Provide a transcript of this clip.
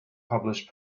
published